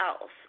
else